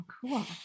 cool